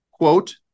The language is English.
quote